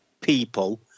people